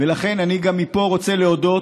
ולכן אני גם רוצה להודות